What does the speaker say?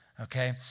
okay